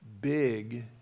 big